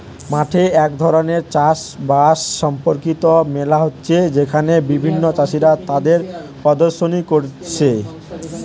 মাঠে এক ধরণের চাষ বাস সম্পর্কিত মেলা হচ্ছে যেখানে বিভিন্ন চাষীরা তাদের প্রদর্শনী কোরছে